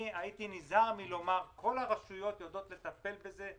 הייתי נזהר מלומר שכל הרשויות יודעות לטפל בזה,